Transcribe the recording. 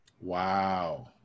Wow